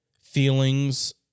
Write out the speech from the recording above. feelings